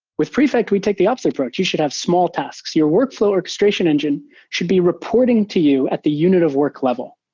with prefect, we take the opposite approach. you should have small tasks. your workflow orchestration engine should be reporting to you at the unit of work level.